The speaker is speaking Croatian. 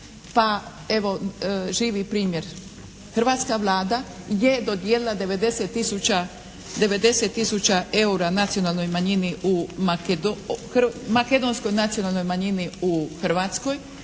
pa evo živi primjer. Hrvatska Vlada je dodijelila 90 tisuća eura makedonskoj nacionalnoj manjini u Hrvatskoj